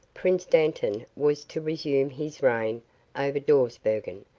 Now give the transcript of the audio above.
prince dantan was to resume his reign over dawsbergen,